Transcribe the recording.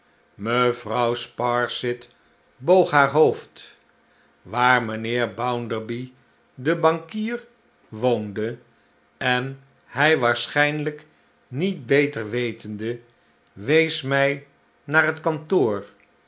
mevrouw sparsit boog haar hoofd waar mijnheer bounderby de bankier woonde en hij waarschijnlijk niet beter wetende wees mij naar het kantoor